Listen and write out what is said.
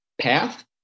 path